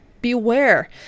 Beware